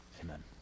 Amen